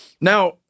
Now